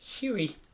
Huey